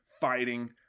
fighting